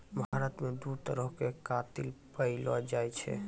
भारत मे दु तरहो के कातिल पैएलो जाय छै